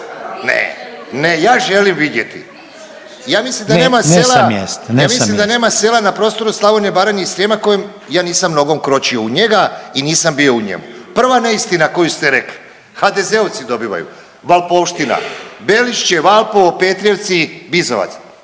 Ne sa mjesta!/ … Ja mislim da nema sela na prostoru Slavonije, Baranje i Srijema kojem ja nisam nogom kročio u njega i nisam bio u njemu. Prva neistina koju ste rekli HDZ-ovci dobivaju, Valpovština, Belišće, Valpovo, Petrijevci, Bizovac.